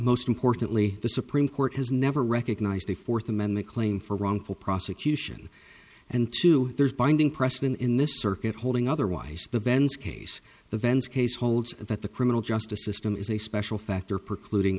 most importantly the supreme court has never recognized the fourth amendment claim for wrongful prosecution and two there's binding precedent in this circuit holding otherwise the bens case the vents case holds that the criminal justice system is a special factor